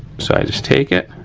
so i just take it